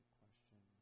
question